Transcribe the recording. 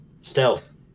stealth